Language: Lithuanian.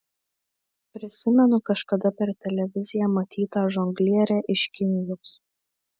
prisimenu kažkada per televiziją matytą žonglierę iš kinijos